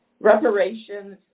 Reparations